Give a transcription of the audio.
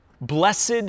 Blessed